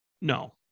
No